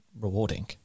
rewarding